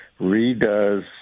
redoes